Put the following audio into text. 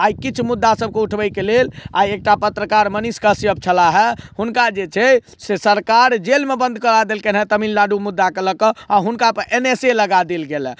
आइ किछु मुद्दा सबके उठबयके लेल आइ एकटा पत्रकार मनीष कश्यप छलाह हइ हुनका जे छै से सरकार जेलमे बन्द करा देलकनि हेँ तमिलनाडू मुद्दाके लअ कऽ आओर हुनकापर एन एस ए लगा देल गेल हइ